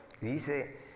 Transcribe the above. dice